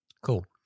Cool